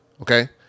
Okay